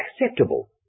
acceptable